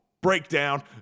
breakdown